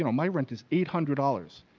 you know my rent is eight hundred dollars,